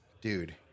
dude